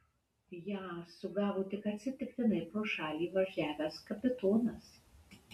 ją sugavo tik atsitiktinai pro šalį važiavęs kapitonas